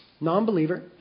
non-believer